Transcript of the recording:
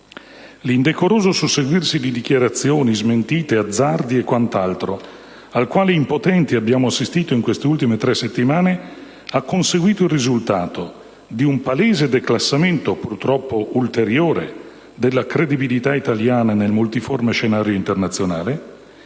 L'indecoroso susseguirsi di dichiarazioni, smentite, azzardi e quant'altro, al quale, impotenti, abbiamo assistito in queste ultime tre settimane ha conseguito il risultato di un palese declassamento (purtroppo ulteriore) della credibilità italiana nel multiforme scenario internazionale